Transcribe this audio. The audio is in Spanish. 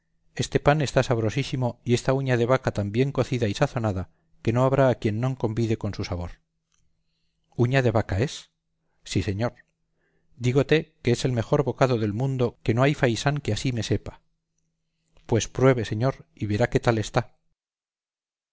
este pan está sabrosísimo y esta uña de vaca tan bien cocida y sazonada que no habrá a quien no convide con su sabor uña de vaca es si señor dígote que es el mejor bocado del mundo que no hay faisán que ansí me sepa pues pruebe señor y verá qué tal está